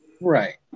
Right